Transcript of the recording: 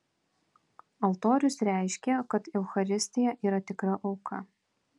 altorius reiškė kad eucharistija yra tikra auka